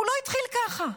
הוא לא התחיל ככה,